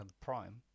Prime